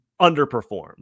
underperformed